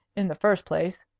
in the first place,